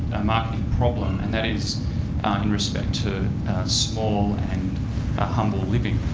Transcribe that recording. a marketing problem and that is in respect to small and humble living.